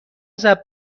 ضرب